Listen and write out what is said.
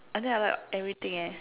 I think I like everything leh